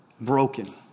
broken